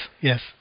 yes